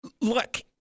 look